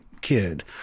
kid